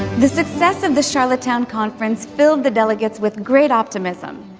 the success of the charlottetown conference filled the delegates with great optimism.